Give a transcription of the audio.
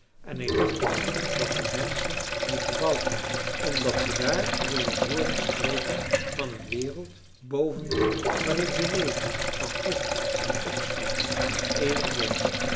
en hij dacht er aan dat de menschen die gebouwd hadden omdat ze daar wilden hooren spreken van een wereld boven die waarin ze leefden van god en opstanding en eeuwig leven